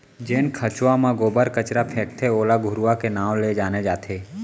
जेन खंचवा म गोबर कचरा फेकथे ओला घुरूवा के नांव ले जाने जाथे